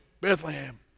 Bethlehem